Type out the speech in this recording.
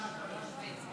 את הצעת